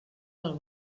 del